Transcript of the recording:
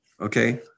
okay